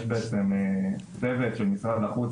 יש צוות של משרד החוץ,